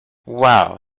wow